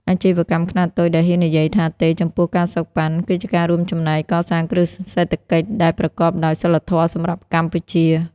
អាជីវកម្មខ្នាតតូចដែលហ៊ាននិយាយថា "ទេ" ចំពោះ ការសូកប៉ាន់ គឺជាការរួមចំណែកកសាងគ្រឹះសេដ្ឋកិច្ចដែលប្រកបដោយសីលធម៌សម្រាប់កម្ពុជា។